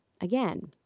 again